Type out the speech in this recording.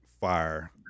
fire